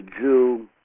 Jew